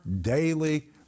Daily